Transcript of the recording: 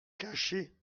cacher